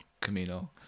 Camino